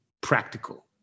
practical